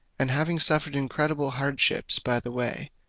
and having suffered incredible hardships by the way,